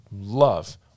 love